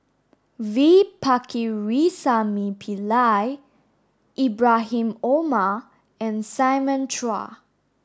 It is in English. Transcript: V Pakirisamy Pillai Ibrahim Omar and Simon Chua